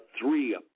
three